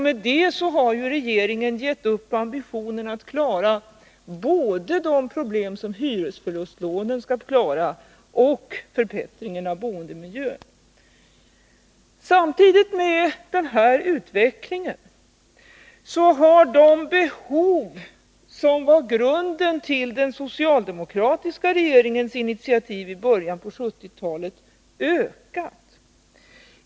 Med det har regeringen gett upp ambitionen att klara både de problem som hyresförlustlånen skall lösa och förbättringen av boendemiljön. Samtidigt med denna utveckling har de behov som var grunden till den socialdemokratiska regeringens initiativ i början av 1970-talet ökat.